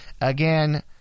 Again